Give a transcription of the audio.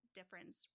difference